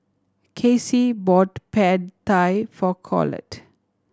Kacie bought Pad Thai for Colette